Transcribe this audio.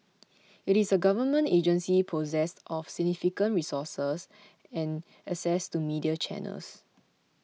it is a Government agency possessed of significant resources and access to media channels